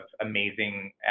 amazing